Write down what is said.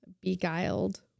Beguiled